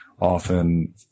often